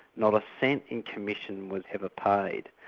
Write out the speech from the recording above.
not a cent in commission was ever paid,